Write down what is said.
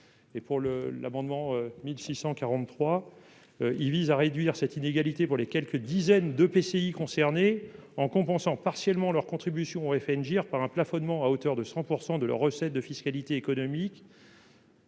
cet amendement vise à réduire l'inégalité que j'évoquais pour les quelques dizaines d'EPCI concernés, en compensant partiellement leur contribution au FNGIR par un plafonnement à hauteur de 100 % de leurs recettes de fiscalité économique.